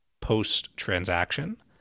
post-transaction